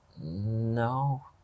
No